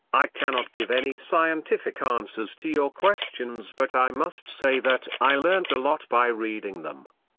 i cannot give any scientific answers to your questions but i must say that i learnt a lot by reading them.